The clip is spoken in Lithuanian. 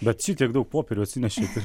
bet šitiek daug popierių atsinešėt ir